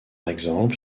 exemple